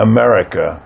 America